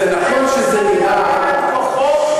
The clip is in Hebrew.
איזה שר יאבד את כוחו,